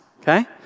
Okay